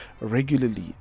regularly